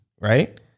right